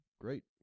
great